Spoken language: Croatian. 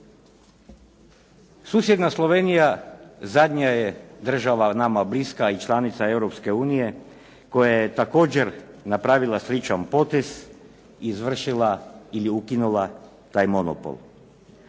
Susjedna Slovenija zadnja je država nama bliska i članica Europske unije koja je također napravila sličan potez, izvršila ili ukinula taj monopol